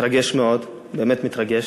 מתרגש מאוד, באמת מתרגש,